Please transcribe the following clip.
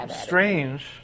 strange